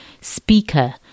speaker